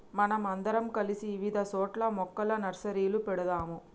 మనం అందరం కలిసి ఇవిధ సోట్ల మొక్కల నర్సరీలు పెడదాము